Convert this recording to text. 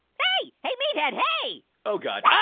hey, hey, meathead, hey. oh, god. ah